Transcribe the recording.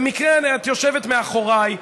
במקרה את יושבת מאחוריי.